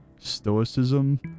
stoicism